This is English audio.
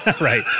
right